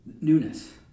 newness